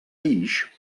guix